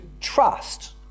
trust